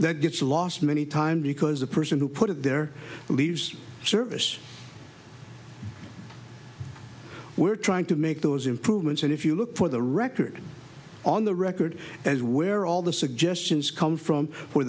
that gets lost many times because the person who put it there leaves service we're trying to make those improvements and if you look for the record on the record as where all the suggestions come from for